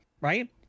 right